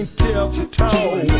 tiptoe